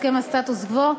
הסכם הסטטוס-קוו: